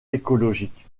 écologique